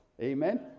Amen